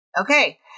Okay